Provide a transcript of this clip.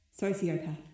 Sociopath